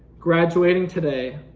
graduating today,